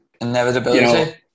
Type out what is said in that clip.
Inevitability